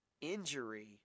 injury